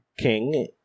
king